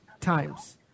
Times